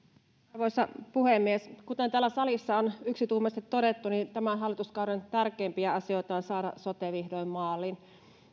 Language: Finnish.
arvoisa puhemies kuten täällä salissa on yksituumaisesti todettu tämän hallituskauden tärkeimpiä asioita on saada sote vihdoin maaliin